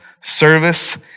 service